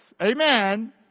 Amen